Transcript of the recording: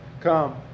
come